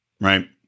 right